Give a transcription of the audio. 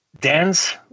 dance